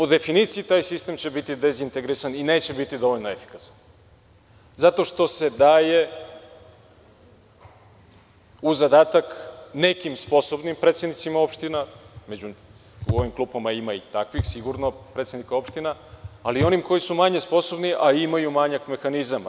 U definiciji taj sistem će biti dezintegrisan i neće biti dovoljno efikasan, jer se daje u zadatak nekim sposobnim predsednicima opština, u ovim klupama ima i takvih predsednika opština, ali i onim koji su manje sposobni, a imaju manjak mehanizama.